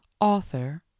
author